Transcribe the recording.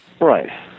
Right